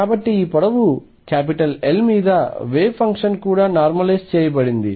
కాబట్టి ఈ పొడవు L మీద వేవ్ ఫంక్షన్ కూడా నార్మలైజ్ చేయబడింది